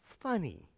funny